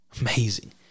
Amazing